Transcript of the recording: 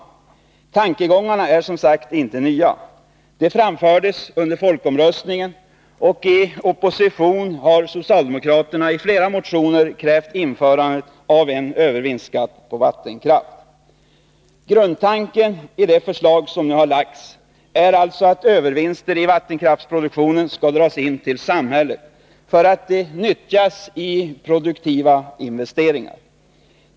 Tankegångarna är som sagt inte nya. De framfördes under folkomröstningen, och i opposition har socialdemokraterna i flera motioner krävt införandet av en övervinstskatt på vattenkraft. Grundtanken i det förslag som nu har lagts är alltså att övervinster i vattenkraftsproduktionen skall dras in till samhället för att nyttjas i produktiva investeringar.